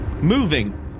moving